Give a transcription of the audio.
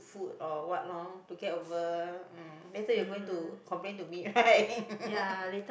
food or what lor to get over um let's say you going to complain to me right